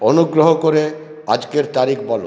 অনুগ্রহ করে আজকের তারিখ বল